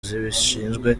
zibishinzwe